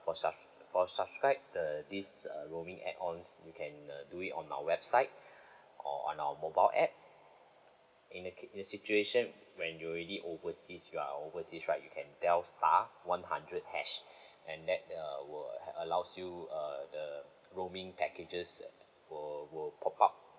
for sub~ for subscribe the this uh roaming add-ons you can uh do it on our website or on our mobile app in the ca~ in the situation when you already overseas you are overseas right you can dial star one hundred hash and that uh will allows you err the roaming packages will will pop up